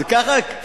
תואר ראשון,